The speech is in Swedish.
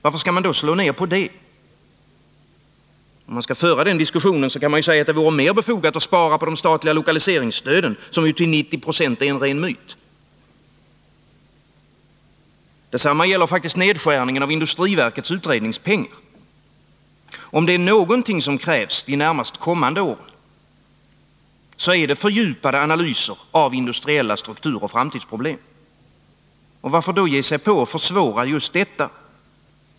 Varför skall man då slå ned på det? Om man skall föra den diskussionen kan man ju säga att det vore mera befogat att spara på de statliga lokaliseringsstöden, som till 90 26 är en ren myt. Detsamma gäller faktiskt nedskärningen i fråga om industriverkets utredningspengar. Om det är någonting som krävs de närmast kommande åren, så är det fördjupade analyser av industriella strukturoch framtidsproblem. Varför då ge sig på och försvåra just detta?